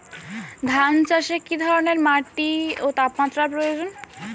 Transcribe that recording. ধান চাষে কী ধরনের মাটি ও তাপমাত্রার প্রয়োজন?